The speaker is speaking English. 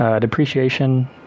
depreciation